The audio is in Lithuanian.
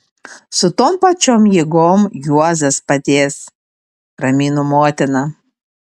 su tom pačiom jėgom juozas padės ramino motina